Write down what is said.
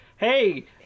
Hey